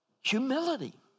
Humility